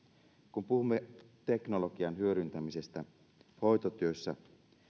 kun puhumme teknologian hyödyntämisestä hoitotyössä